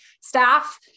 staff